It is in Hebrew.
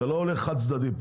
זה לא הולך חד צדדי.